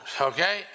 okay